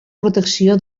protecció